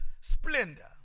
splendor